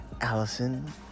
Allison